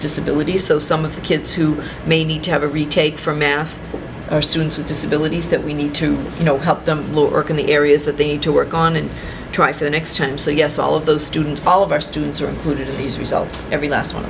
disabilities so some of the kids who may need to have a retake for math or students with disabilities that we need to you know help them work in the areas that they need to work on and try for the next time so yes all of those students all of our students are included in these results every last one